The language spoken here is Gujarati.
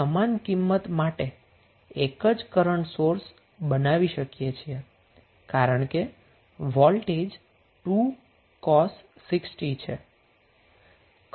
આપણે સમાન વેલ્યુ માટે એક જ કરન્ટ સોર્સ બનાવી શકીએ છીએ કારણ કે વોલ્ટેજ 2 cos 6t છે